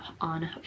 on